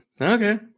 Okay